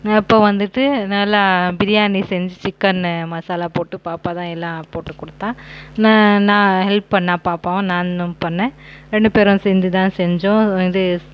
அப்போ வந்துட்டு நல்லா பிரியாணி செஞ்சு சிக்கனு மசாலா போட்டு பாப்பா தான் எல்லாம் போட்டு கொடுத்தா நா நா ஹெல்ப் பண்ணால் பாப்பாவும் நானும் பண்ணேன் ரெண்டு பேரும் சேர்ந்து தான் செஞ்சோம் இது